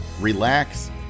relax